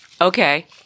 Okay